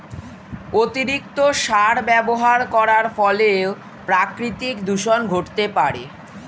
অতিরিক্ত সার ব্যবহার করার ফলেও প্রাকৃতিক দূষন ঘটতে পারে